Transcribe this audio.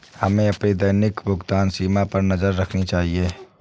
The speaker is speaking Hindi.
हमें अपनी दैनिक भुगतान सीमा पर नज़र रखनी चाहिए